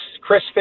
Chris